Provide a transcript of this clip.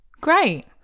great